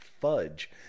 fudge